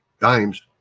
dimes